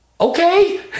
okay